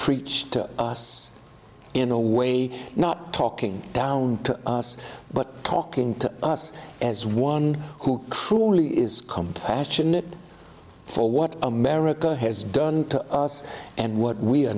preach to us in a way not talking down to us but talking to us as one who truly is compassionate for what america has done to us and what we are